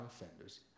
offenders